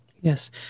Yes